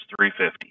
350